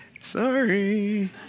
sorry